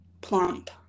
plump